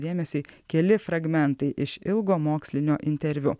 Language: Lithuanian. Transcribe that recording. dėmesiui keli fragmentai iš ilgo mokslinio interviu